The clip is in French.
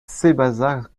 sébazac